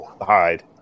hide